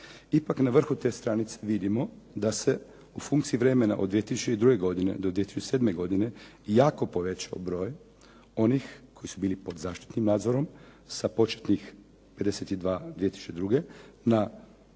Ipak na vrhu te stranice vidimo da se u funkciji vremena od 2002. godine do 2007. godine jako povećao broj onih koji su bili pod zaštitnim nadzorom sa početnih 52 2002. na 252